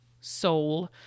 soul